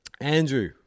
Andrew